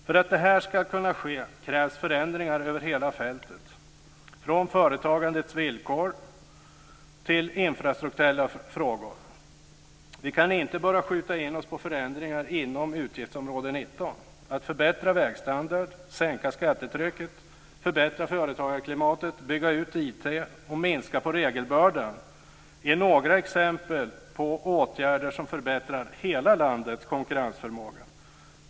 För att det här ska kunna ske krävs förändringar över hela fältet, från företagandets villkor till infrastrukturella frågor. Vi kan inte bara skjuta in oss på förändringar inom Utgiftsområde 19. Att förbättra vägstandard, sänka skattetrycket, förbättra företagarklimatet, bygga ut IT och minska regelbördan är några exempel på åtgärder som förbättrar hela landets konkurrensförmåga.